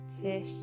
Tish